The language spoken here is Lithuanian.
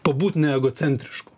pabūt ne egocentrišku